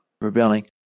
rebelling